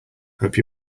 hope